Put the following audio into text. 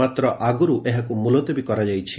ମାତ୍ର ଆଗରୁ ଏହାକୁ ମୁଲତବୀ କରାଯାଇଛି